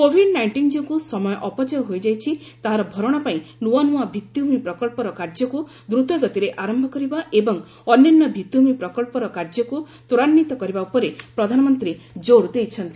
Covid nineteen ଯୋଗୁଁ ଯେତିକି ସମୟ ଅପଚୟ ହୋଇଯାଇଛି ତାହାର ଭରଣା ପାଇଁ ନୂଆ ନୂଆ ଭିତ୍ତିଭୂମି ପ୍ରକଳ୍ପର କାର୍ଯ୍ୟକୁ ଦ୍ରତଗତିରେ ଆରମ୍ଭ କରିବା ଏବଂ ଅନ୍ୟାନ୍ୟ ଭିଭିଭୂମି ପ୍ରକଳ୍ପର କାର୍ଯ୍ୟକୁ ତ୍ୱରାନ୍ୱିତ କରିବା ଉପରେ ପ୍ରଧାନମନ୍ତ୍ରୀ ଜୋର୍ ଦେଇଛନ୍ତି